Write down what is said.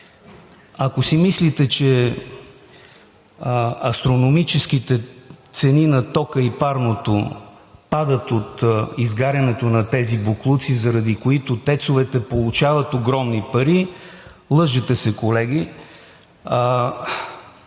Ако си мислите, че астрономическите цени на тока и парното падат от изгарянето на тези боклуци, заради които ТЕЦ-овете получават огромни пари, лъжете се, колеги.